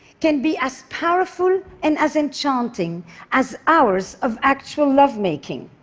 can be as powerful and as enchanting as hours of actual lovemaking.